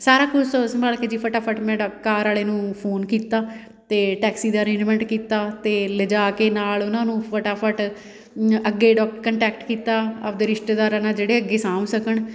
ਸਾਰਾ ਕੁਛ ਸੋਚ ਸੰਭਾਲ ਕੇ ਜੀ ਫਟਾਫਟ ਮੈਂ ਡਕ ਕਾਰ ਵਾਲੇ ਨੂੰ ਫੋਨ ਕੀਤਾ ਅਤੇ ਟੈਕਸੀ ਦਾ ਅਰੇਂਜਮੈਂਟ ਕੀਤਾ ਅਤੇ ਲਿਜਾ ਕੇ ਨਾਲ ਉਹਨਾਂ ਨੂੰ ਫਟਾਫਟ ਅੱਗੇ ਡਕ ਕੰਟੈਕਟ ਕੀਤਾ ਆਪਦੇ ਰਿਸ਼ਤੇਦਾਰਾਂ ਨਾਲ ਜਿਹੜੇ ਅੱਗੇ ਸਾਂਭ ਸਕਣ